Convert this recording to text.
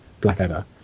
Blackadder